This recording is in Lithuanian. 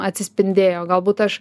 atsispindėjo galbūt aš